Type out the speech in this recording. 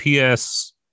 PS